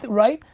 right?